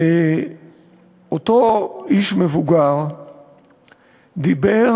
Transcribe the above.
ואותו איש מבוגר דיבר